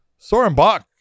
Sorenbach